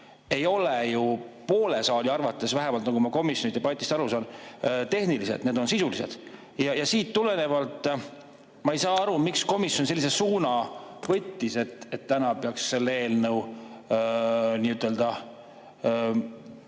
ei ole ju poole saali arvates, vähemalt nagu ma komisjoni debatist aru saan, mitte tehnilised, vaid need on sisulised. Ja siit tulenevalt ma ei saa aru, miks komisjon sellise suuna võttis, et täna peaks selle eelnõu vastu